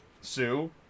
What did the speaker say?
Sue